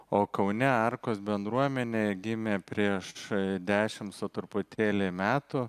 o kaune arkos bendruomenė gimė prieš dešimt truputėlį metų